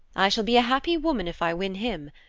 i shall be a happy woman if i win him,